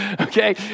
Okay